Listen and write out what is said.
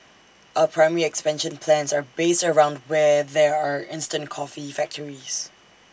our primary expansion plans are based around where there are instant coffee factories